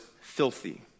filthy